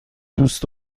دوست